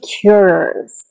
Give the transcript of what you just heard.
cures